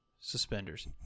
suspenders